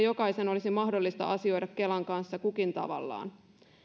jokaisen olisi mahdollista asioida kelan kanssa kukin tavallaan